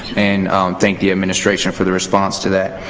and thank the administration for their response to that.